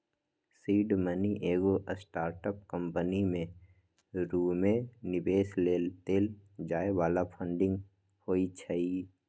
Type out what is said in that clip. seed money एगो startup company में शुरुमे निवेश लेल देल जाय बला फंडिंग होइ छइ